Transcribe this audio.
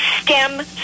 STEM